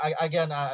again